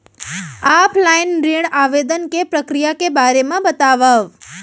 Offline ऋण आवेदन के प्रक्रिया के बारे म बतावव?